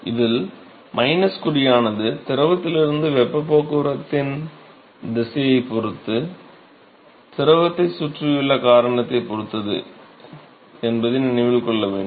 இதில் குறியானது திரவத்திலிருந்து வெப்பப் போக்குவரத்தின் திசையைப் பொறுத்து திரவத்தைச் சுற்றியுள்ள காரணத்தைப் பொறுத்தது என்பதை நினைவில் கொள்ள வேண்டும்